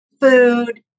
food